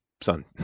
son